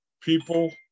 people